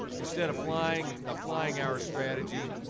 instead of flying the flying hours strategy,